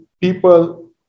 people